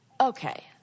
Okay